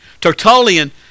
Tertullian